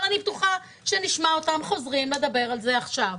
אבל אני בטוחה שנשמע אותם חוזרים לדבר על זה עכשיו.